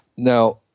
Now